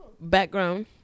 Background